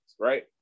right